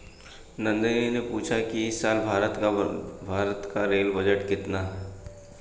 नंदनी ने पूछा कि इस साल भारत का रेल बजट कितने का है?